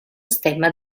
stemma